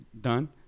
done